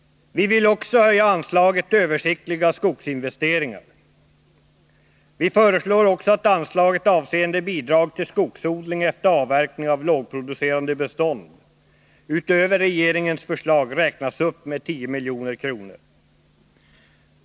Vi vill också höja anslaget till översiktliga skogsinventeringar. Vi föreslår vidare att det av regeringen föreslagna anslaget avseende bidrag till skogsodling efter avverkning av lågproducerande bestånd räknas upp med 10 milj.kr.